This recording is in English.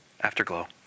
Afterglow